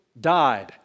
died